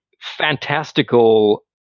fantastical